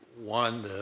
One